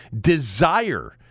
desire